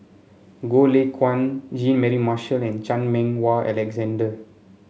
Goh Lay Kuan Jean Mary Marshall and Chan Meng Wah Alexander